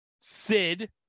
Sid